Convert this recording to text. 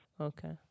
Okay